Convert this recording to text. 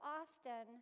often